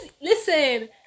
listen